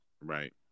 Right